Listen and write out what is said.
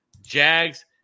Jags